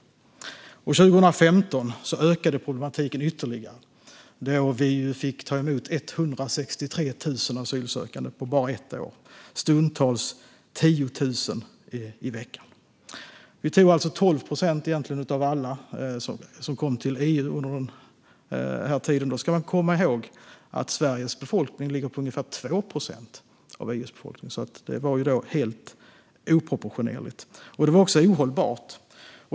2015 ökade problematiken ytterligare, då vi ju fick ta emot 163 000 asylsökande på bara ett år - stundtals 10 000 i veckan. Vi tog alltså emot 12 procent av alla som kom till EU under den här tiden. Då ska man komma ihåg att Sveriges befolkning ligger på ungefär 2 procent av EU:s befolkning. Det var alltså helt oproportionerligt. Det var också ohållbart.